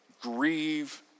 grieve